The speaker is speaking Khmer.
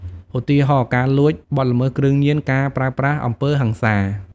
ឧទាហរណ៍ ការលួច បទល្មើសគ្រឿងញៀន ការប្រើប្រាស់អំពើហិង្សា។